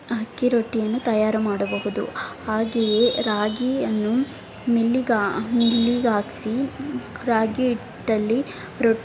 ಅಕ್ಕಿ ರೊಟ್ಟಿಯನ್ನು ತಯಾರು ಮಾಡಬಹುದು ಹಾಗೆಯೇ ರಾಗಿಯನ್ನು ಮಿಲ್ಲಿಗೆ ಮಿಲ್ಲಿಗೆ ಹಾಕಿಸಿ ರಾಗಿ ಹಿಟ್ಟಲ್ಲಿ ರೊಟ್ಟಿ